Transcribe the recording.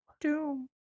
Doom